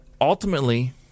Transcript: ultimately